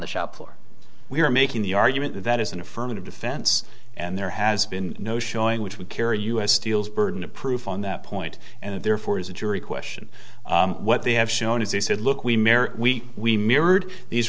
the shop floor we are making the argument that that is an affirmative defense and there has been no showing which would carry us steel's burden of proof on that point and it therefore is a jury question what they have shown is they said look we we we mirrored these